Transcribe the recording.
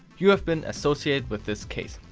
you have been associated with this case!